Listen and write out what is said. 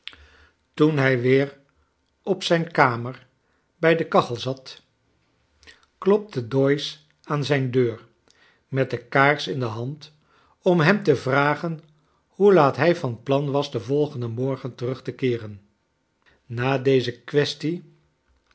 toen hij weer op zijn kamer bij de kachel zat klopte doyce aan zijn deur met de kaars in de hand om hem te vragen hoe laat hij van plan was den volgenden morgen terug te keeren na deze quaestie